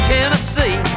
Tennessee